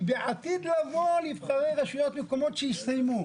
כי בעתיד לבוא נבחרי רשויות מקומיות שיסיימו.